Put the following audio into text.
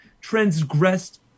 transgressed